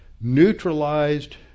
neutralized